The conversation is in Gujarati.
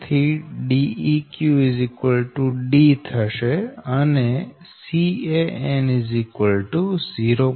તેથી Deq D થશે અને Can 0